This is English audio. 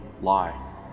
lie